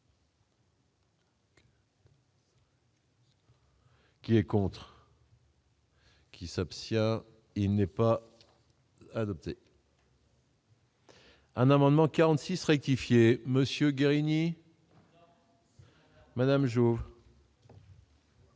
qui est pour. Qui s'abstient, il n'est pas adoptée. Un amendement 46 rectifier Monsieur Guérini. Madame jour.